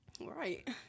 Right